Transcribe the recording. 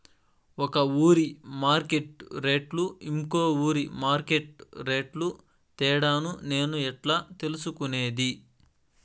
ఒక ఊరి మార్కెట్ రేట్లు ఇంకో ఊరి మార్కెట్ రేట్లు తేడాను నేను ఎట్లా తెలుసుకునేది?